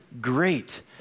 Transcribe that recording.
great